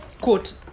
quote